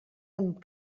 amb